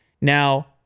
Now